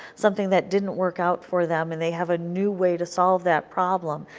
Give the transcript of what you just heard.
something that didn't work out for them, and they have a new way to solve that problem.